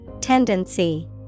Tendency